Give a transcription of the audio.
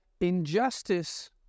injustice